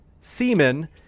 semen